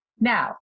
Now